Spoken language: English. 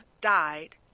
died